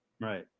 Right